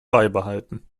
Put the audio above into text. beibehalten